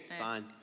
fine